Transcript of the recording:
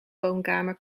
woonkamer